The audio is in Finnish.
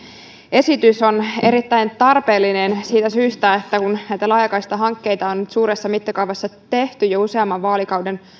esitys on erittäin tarpeellinen siitä syystä että näitä laajakaistahankkeita on nyt suuressa mittakaavassa tehty jo useamman vaalikauden